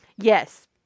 yes